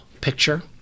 picture